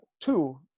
two